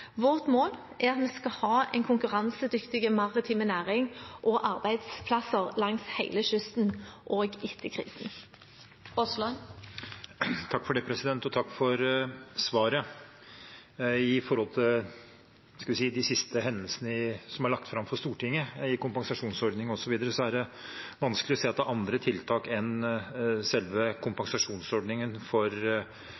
Vårt mål er at vi skal ha en konkurransedyktig maritim næring og arbeidsplasser langs hele kysten, også etter krisen. Takk for svaret. Med tanke på de siste hendelsene som er lagt fram for Stortinget, i kompensasjonsordning osv., er det vanskelig å se at det er andre tiltak enn selve